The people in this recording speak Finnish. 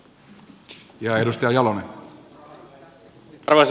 arvoisa puhemies